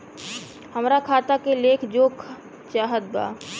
हमरा खाता के लेख जोखा चाहत बा?